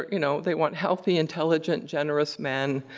you know they want healthy, intelligent, generous men.